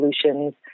solutions